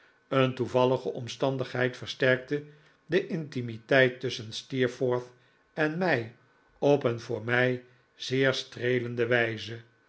een toevallige omstandigheid versterkte de intimiteit tusschen steerforth en mij op een voor mij zeer streelende wijze